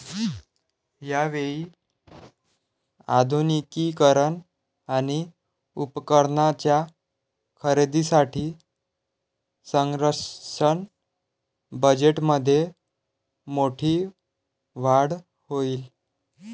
यावेळी आधुनिकीकरण आणि उपकरणांच्या खरेदीसाठी संरक्षण बजेटमध्ये मोठी वाढ होईल